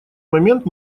момент